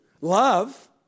Love